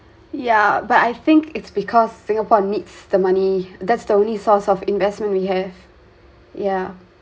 ya but I think it's because singapore needs the money that's the only source of investment we have yeah